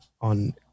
on